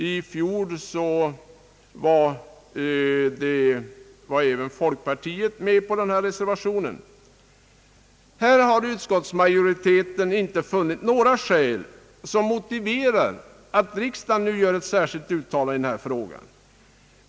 I fjol var även folkpartiet med om denna reservation. Utskottsmajoriteten har inte funnit några skäl som motiverar att riksdagen nu gör ett särskilt uttalande i denna fråga.